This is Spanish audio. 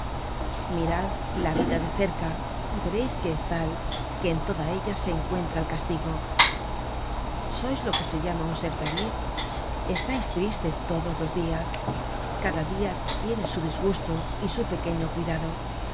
mirad la vida de cerca y vereis que es tal que en toda ella se encuentra el castigo sois lo que se llama un ser feliz estais triste todos los dias cada dia tiene su disgusto y su pequeño cuidado